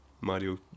Mario